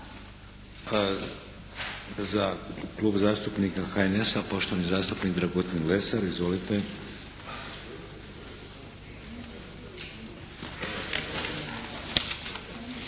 Za Klub zastupnika HNS-a, poštovani zastupnik Dragutin Lesar. Izvolite.